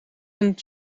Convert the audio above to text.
een